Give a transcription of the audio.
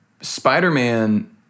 Spider-Man –